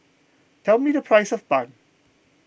tell me the price of Bun